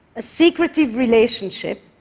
a secretive relationship,